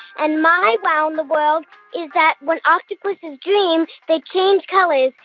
and my wow in the world is that when octopuses dream, they change colors.